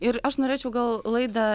ir aš norėčiau gal laidą